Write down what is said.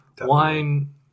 Wine